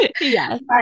Yes